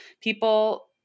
people